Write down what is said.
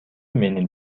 менин